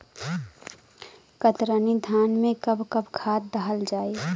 कतरनी धान में कब कब खाद दहल जाई?